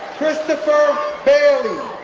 christopher bailey,